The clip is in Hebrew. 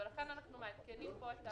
ולכן אנחנו מעדכנים פה.